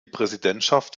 präsidentschaft